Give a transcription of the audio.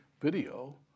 video